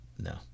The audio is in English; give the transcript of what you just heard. No